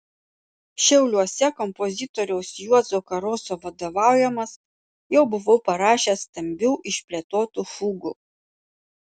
šiauliuose kompozitoriaus juozo karoso vadovaujamas jau buvau parašęs stambių išplėtotų fugų